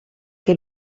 che